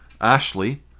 Ashley